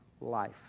life